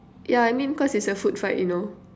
yeah I mean cause it's a food fight you know